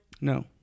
No